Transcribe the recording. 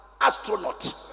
astronaut